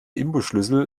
imbusschlüssel